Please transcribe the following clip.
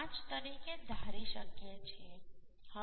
5 તરીકે ધારી શકીએ છીએ